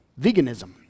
Veganism